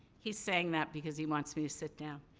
he's saying that, because he wants me to sit down.